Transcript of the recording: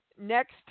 next